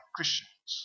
Christians